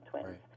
twins